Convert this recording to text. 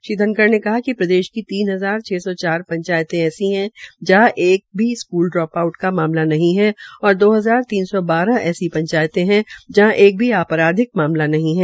श्री धनखड़ ने कहा कि प्रदेश की तीन हजार छ सौ चार पंचायते ऐसी है जहां एक बी स्कूल इरोप आऊट का मामला नहीं है और दो हजार तीन सौ बारह ऐसी पंचायते है जहां एक भी आपराधिक मामला नहीं है